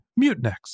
Mutinex